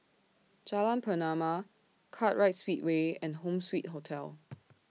Jalan Pernama Kartright Speedway and Home Suite Hotel